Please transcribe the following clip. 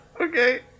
Okay